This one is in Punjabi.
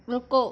ਰੁਕੋ